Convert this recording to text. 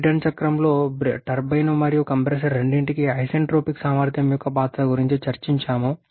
Brayton చక్రం లో turbine మరియు కంప్రెసర్ రెండింటికీ ఐసెంట్రోపిక్ సామర్థ్యం యొక్క పాత్ర గురించి చర్చించాము